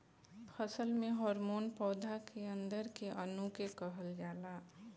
फसल में हॉर्मोन पौधा के अंदर के अणु के कहल जाला